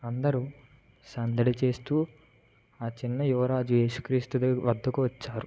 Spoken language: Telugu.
అందరూ సందడి చేస్తూ ఆ చిన్న యువరాజు యేసుక్రీస్తు వద్దకు వచ్చారు